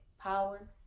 Power